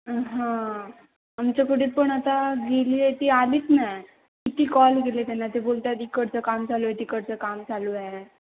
हां आमच्याकडे पण आता गेली आहे ती आलीच नाही किती कॉल केले त्यांना ते बोलतात इकडचं काम चालू आहे तिकडचं काम चालू आहे